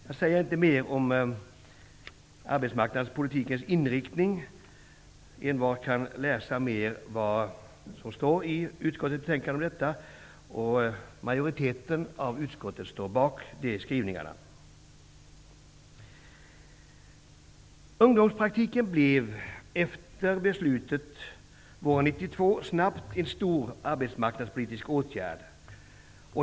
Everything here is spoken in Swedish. Jag säger inte mer om arbetsmarknadspolitikens inriktning. Envar kan läsa mer i utskottets betänkande om detta. Majoriteten av utskottet står bakom dessa skrivningar. snabbt en stor arbetsmarknadspolitisk åtgärd.